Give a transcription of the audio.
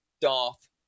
Darth